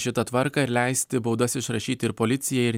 šitą tvarką ir leisti baudas išrašyti ir policijai ir